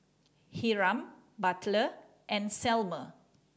Hiram Butler and Selma